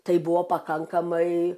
tai buvo pakankamai